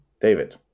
David